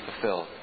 fulfilled